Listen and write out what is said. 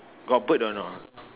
got bird or not